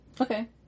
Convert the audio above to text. Okay